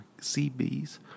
CB's